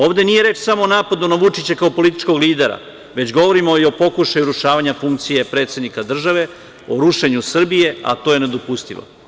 Ovde nije reč samo o napadu na Vučića kao političkog lidera, već govorimo i o pokušaju urušavanja funkcije predsednika države, o rušenju Srbije, a to je nedopustivo.